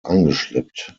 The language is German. eingeschleppt